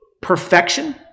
perfection